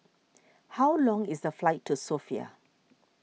how long is the flight to Sofia